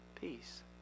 peace